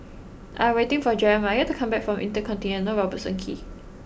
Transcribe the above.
I am waiting for Jerimiah to come back from InterContinental Robertson Quay